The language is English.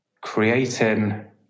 creating